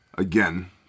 Again